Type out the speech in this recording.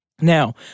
Now